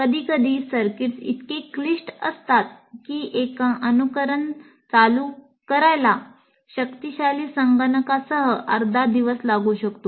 कधीकधी सर्किट्स इतके क्लिष्ट असतात की एका अनुकरण चालू करायला शक्तिशाली संगणकासह अर्धा दिवस लागू शकतो